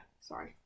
sorry